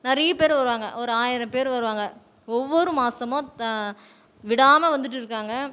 நிறைய பேர் வருவாங்க ஒரு ஆயிரம் பேர் வருவாங்க ஒவ்வொரு மாதமும் தா விடாமல் வந்துகிட்டு இருக்காங்க